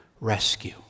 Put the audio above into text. rescue